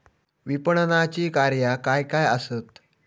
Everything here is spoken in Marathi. विपणनाची कार्या काय काय आसत?